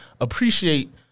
Appreciate